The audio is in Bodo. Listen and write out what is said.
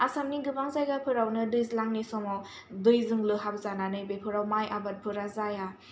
आसामनि गोबां जायगाफोरावनो दैज्लांनि समाव दैजों लोहाब जानानै बेफोराव माइ आबादफोरा जाया